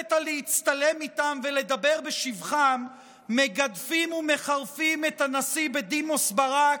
שהרבית להצטלם איתם ולדבר בשבחם מגדפים ומחרפים את הנשיא בדימוס ברק,